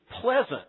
pleasant